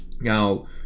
Now